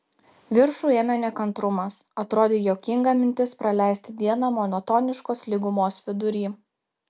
viršų ėmė nekantrumas atrodė juokinga mintis praleisti dieną monotoniškos lygumos vidury